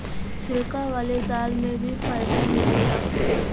छिलका वाले दाल में भी फाइबर मिलला